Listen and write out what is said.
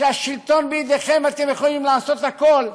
שהשלטון בידיכם, אתם יכולים לעשות הכול.